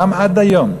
גם עד היום,